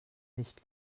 nicht